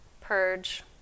purge